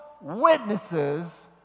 witnesses